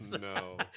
no